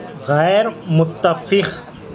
غیرمتفخ